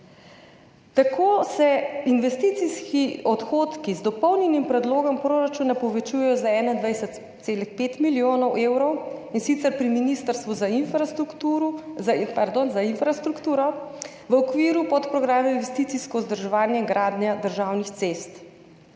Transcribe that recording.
Tako se investicijski odhodki z dopolnjenim predlogom proračuna povečujejo za 21,5 milijona evrov, in sicer pri Ministrstvu za infrastrukturo v okviru podprograma Investicijsko vzdrževanje in gradnja državnih cest.